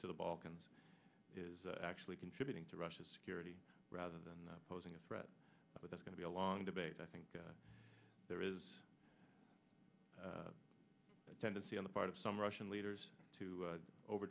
to the balkans is actually contributing to russia's security rather than posing a threat but that's gonna be a long debate i think there is a tendency on the part of some russian leaders to over